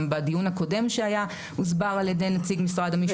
גם בדיון הקודם שהיה הוסבר על ידי נציג משרד המשפטים.